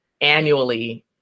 annually